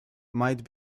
might